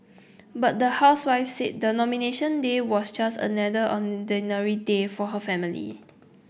but the housewife said the Nomination Day was just another day for her family